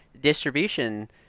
distribution